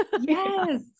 Yes